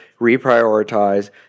reprioritize